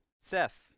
Seth